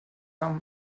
arme